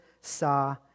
saw